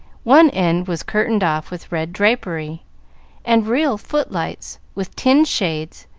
one end was curtained off with red drapery and real footlights, with tin shades,